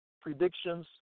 predictions